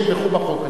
יתמכו בחוק הזה.